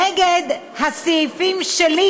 נגד הסעיפים שלי,